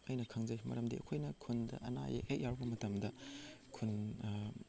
ꯑꯩꯅ ꯈꯪꯖꯩ ꯃꯔꯝꯗꯤ ꯑꯩꯈꯣꯏꯅ ꯈꯨꯟꯗ ꯑꯅꯥ ꯑꯌꯦꯛ ꯍꯦꯛ ꯌꯥꯎꯔꯛꯄ ꯃꯇꯝꯗ ꯈꯨꯟ ꯑꯩꯈꯣꯏꯅ